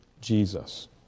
Jesus